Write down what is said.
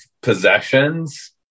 possessions